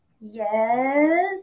Yes